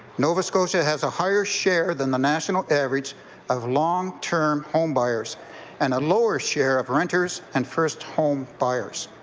nova scotia has a higher share than the national average of long-term home buyers and a lower share of renters and first home buyers.